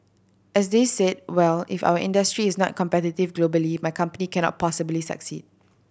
as they said well if our industry is not competitive globally my company cannot possibly succeed